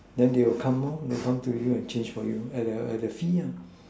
then they will come lor they will come to you and change for you at a at a fee lah